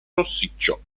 rossiccio